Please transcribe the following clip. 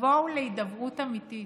תבואו להידברות אמיתית,